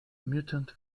mutant